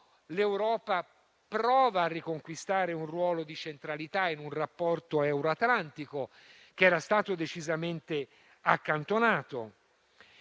L'Europa prova a riconquistare un ruolo di centralità in un rapporto euro-atlantico, che era stato decisamente accantonato.